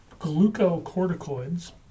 Glucocorticoids